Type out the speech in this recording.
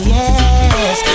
yes